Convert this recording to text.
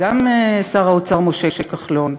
גם שר האוצר משה כחלון,